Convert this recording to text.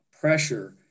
pressure